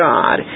God